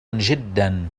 جدا